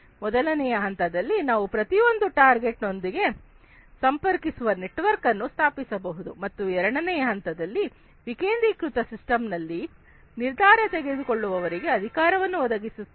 ಮೊದಲನೆಯ ಹಂತದಲ್ಲಿ ನಾವು ಪ್ರತಿಯೊಂದು ಟಾರ್ಗೆಟ್ ನೊಂದಿಗೆ ಸಂಪರ್ಕಿಸುವ ನೆಟ್ವರ್ಕ್ ಅನ್ನು ಸ್ಥಾಪಿಸಬಹುದು ಮತ್ತು ಎರಡನೇ ಹಂತದಲ್ಲಿ ವಿಕೇಂದ್ರೀಕೃತ ಸಿಸ್ಟಮ್ ನಲ್ಲಿ ನಿರ್ಧಾರ ತೆಗೆದುಕೊಳ್ಳುವವರಿಗೆ ಅಧಿಕಾರವನ್ನು ಒದಗಿಸುತ್ತದೆ